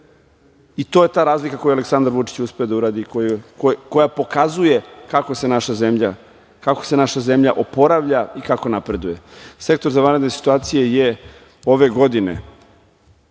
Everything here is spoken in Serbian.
I to je ta razlika koju je Aleksandar Vučić uspeo da uradi i koja pokazuje kako se naša zemlja oporavlja i kako napreduje. Sektor za vanredne situacije je ove godine